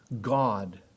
God